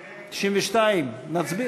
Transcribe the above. כן, להצביע.